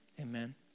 amen